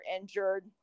injured